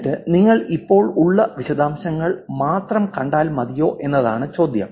എന്നിട്ട് നിങ്ങൾ ഇപ്പോൾ ഉള്ള വിശദാംശങ്ങൾ മാത്രം കണ്ടാൽ മതിയോ എന്നതാണ് ചോദ്യം